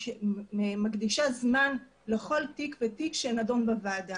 היא מקדישה זמן לכל תיק ותיק שנדון בוועדה.